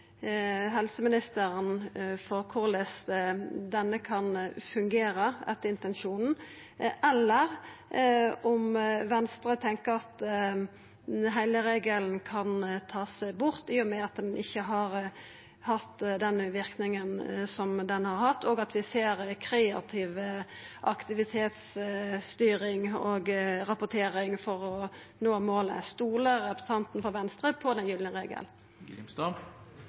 helseministeren om korleis regelen kan fungera etter intensjonen, eller om Venstre tenkjer at ein kan ta bort heile regelen, i og med at han ikkje har hatt den verknaden som han skulle hatt, og at vi ser kreativ aktivitetsstyring og rapportering for å nå målet. Stoler representanten frå Venstre på den